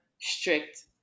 strict